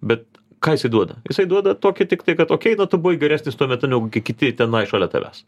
bet ką jisai duoda jisai duoda tokį tiktai kad okei na tu buvai geresnis tuo metu negu ki kiti tenai šalia tavęs